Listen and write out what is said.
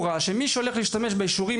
ברורה מאוד שמי שהולך להשתמש באישורים